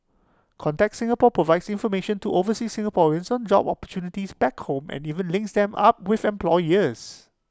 contact Singapore provides information to overseas Singaporeans on job opportunities back home and even links them up with employers